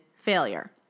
failure